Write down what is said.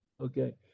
Okay